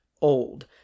old